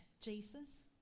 Jesus